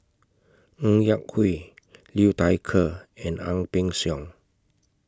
Ng Yak Whee Liu Thai Ker and Ang Peng Siong